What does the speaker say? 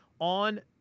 on